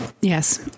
Yes